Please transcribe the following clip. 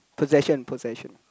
possession possession